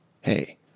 Hey